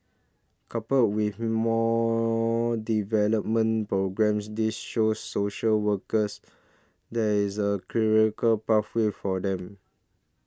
coupled with more development programmes this shows social workers there is a pathway for them